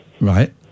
Right